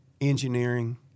engineering